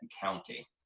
County